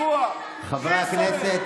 חבר הכנסת